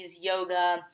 yoga